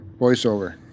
voiceover